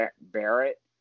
Barrett